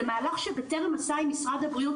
זה מהלך שבטרם עשה עם משרד הבריאות,